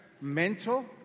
mental